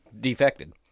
defected